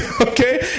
Okay